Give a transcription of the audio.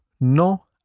no